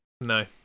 No